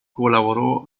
colaboró